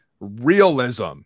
realism